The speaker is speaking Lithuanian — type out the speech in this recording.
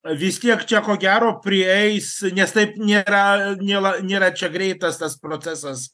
vis tiek čia ko gero prieis nes taip nėra nela nėra čia greitas tas procesas